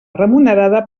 remunerada